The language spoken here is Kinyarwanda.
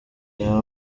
reba